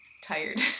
tired